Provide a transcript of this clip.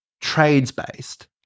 trades-based